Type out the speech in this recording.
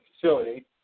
facility